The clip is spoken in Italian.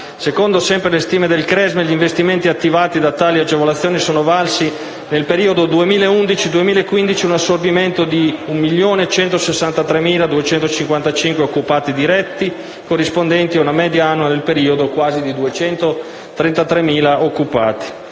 secondo le stime del CRESME, gli investimenti attivati da tali agevolazioni sono valsi, nel periodo 2011-2015, un assorbimento di 1.163.255 occupati diretti, corrispondenti a una media annua nel periodo di quasi 233.000 occupati;